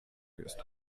ist